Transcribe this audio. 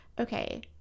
okay